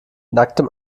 nacktem